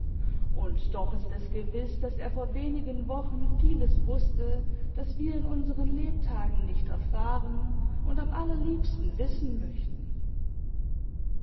und doch ist es gewiß daß er vor wenigen wochen vieles wußte das wir in unseren lebtagen nicht erfahren und am allerliebsten wissen möchten